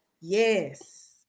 Yes